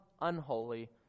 unholy